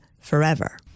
forever